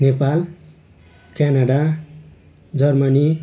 Nepal Canada Germany